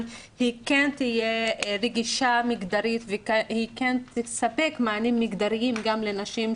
כן תהיה רגישה מגדרית והיא כן תספק מענים מגדריים גם לנשים,